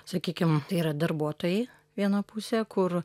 sakykim yra darbuotojai vienoj pusė kur